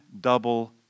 double